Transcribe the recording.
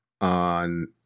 on